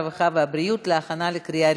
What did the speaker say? הרווחה והבריאות נתקבלה.